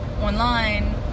online